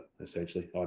essentially